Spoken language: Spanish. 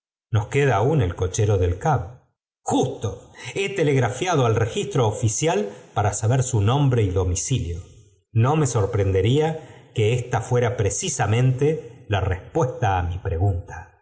nos queda aún el cochero del cah justo he telegrafiado al begistro oficial s ara saber su nombre y domicilio no me aorprenería que ésta fuera precisamente la respuesta á mi pregunta